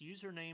username